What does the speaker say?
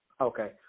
Okay